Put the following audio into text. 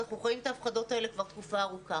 אנחנו רואים את ההפחדות האלה כבר תקופה ארוכה.